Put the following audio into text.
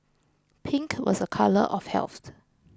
pink was a colour of health